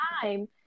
time